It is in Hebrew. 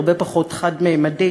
הרבה פחות חד-ממדית.